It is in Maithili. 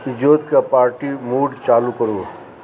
ईजोत के पार्टी मूड चालू करु